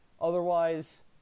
otherwise